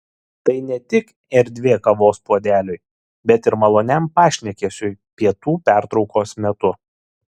tai ne tik erdvė kavos puodeliui bet ir maloniam pašnekesiui pietų pertraukos metu